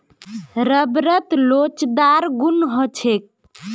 रबरत लोचदार गुण ह छेक